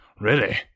really